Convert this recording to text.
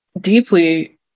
deeply